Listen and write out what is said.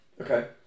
Okay